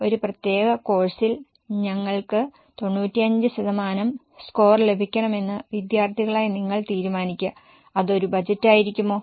ഒരു പ്രത്യേക കോഴ്സിൽ ഞങ്ങൾക്ക് 95 ശതമാനം സ്കോർ ലഭിക്കണമെന്ന് വിദ്യാർത്ഥികളായ നിങ്ങൾ തീരുമാനിക്കുക അത് ഒരു ബജറ്റായിരിക്കുമോ